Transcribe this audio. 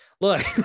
look